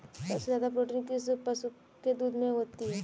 सबसे ज्यादा प्रोटीन किस पशु के दूध में होता है?